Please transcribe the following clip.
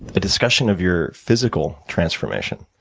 a discussion of your physical transformation.